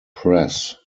press